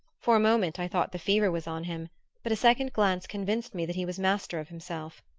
for a moment i thought the fever was on him but a second glance convinced me that he was master of himself.